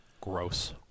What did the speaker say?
Gross